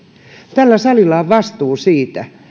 tällä salilla on vastuu siitä